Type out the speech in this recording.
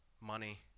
Money